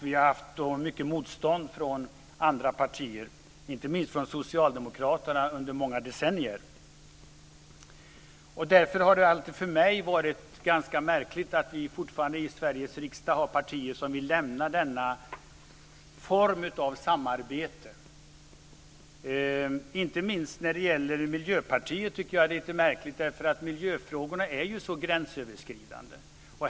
Vi har mött mycket motstånd från andra partier, inte minst från Socialdemokraterna under många decennier. Därför har det alltid för mig tett sig ganska märkligt att vi fortfarande har partier i Sveriges riksdag som vill lämna denna form av samarbete. Det är märkligt inte minst när det gäller Miljöpartiet, eftersom miljöfrågorna är så gränsöverskridande.